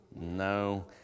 No